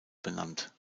benannt